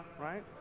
right